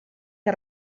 que